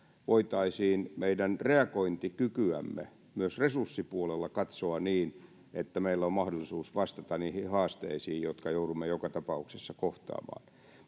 voitaisiin meidän reagointikykyämme myös resurssipuolella katsoa niin että meillä on mahdollisuus vastata niihin haasteisiin jotka joudumme joka tapauksessa kohtaamaan